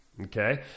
Okay